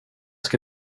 ska